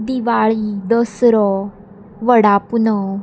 दिवाळी दसरो वडा पुनव